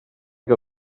que